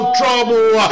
trouble